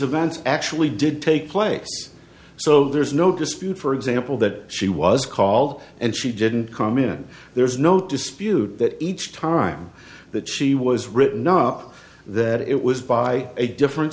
events actually did take place so there's no dispute for example that she was called and she didn't come in and there's no dispute that each time that she was written up that it was by a different